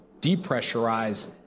depressurize